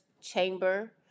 Chamber